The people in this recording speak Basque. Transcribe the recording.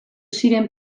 ziren